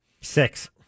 Six